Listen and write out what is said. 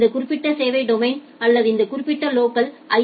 இந்த குறிப்பிட்ட சேவை டொமைன் அல்லது இந்த குறிப்பிட்ட லோக்கல் ஐ